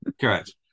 Correct